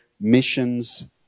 missions